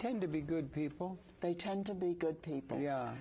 tend to be good people they tend to be good